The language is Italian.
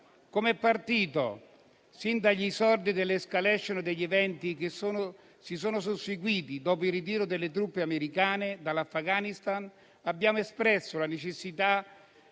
Come partito, sin dagli esordi dell'*escalation* degli eventi che si sono susseguiti dopo il ritiro delle truppe americane dall'Afghanistan, abbiamo espresso la necessità